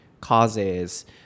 causes